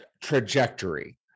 trajectory